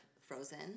Frozen